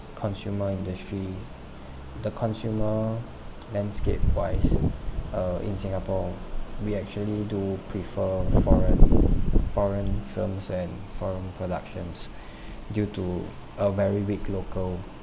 consumer industry the consumer landscape wise uh in singapore we actually do prefer foreign foreign films and foreign productions due to a very weak local